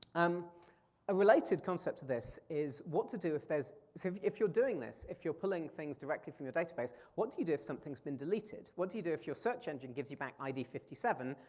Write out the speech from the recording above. um a related concept to this is what to do if there's, so if if you're doing this, if you're pulling things directly from your database, what do you do if something's been deleted? what do you do if your search engine gives you back id fifty seven,